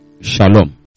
Shalom